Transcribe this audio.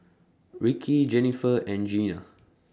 Ricky Jenniffer and Jeana